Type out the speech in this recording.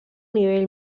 nivell